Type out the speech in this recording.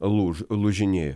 lūž lūžinėja